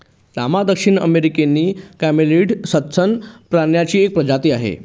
llama दक्षिण अमेरिकी camelid सस्तन प्राण्यांची एक प्रजाती आहे